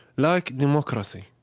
like democracy.